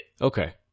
Okay